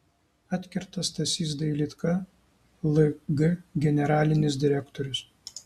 atkerta stasys dailydka lg generalinis direktorius